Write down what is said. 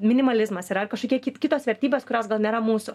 minimalizmas yra kažkokie kitos vertybės kurios gal nėra mūsų